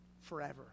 forever